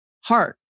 heart